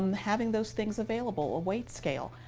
um having those things available, a weight scale.